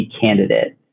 candidate